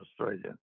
Australia